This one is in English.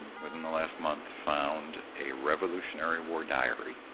within the last month, found a revolutionary war diary